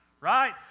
Right